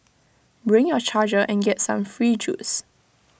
bring your charger and get some free juice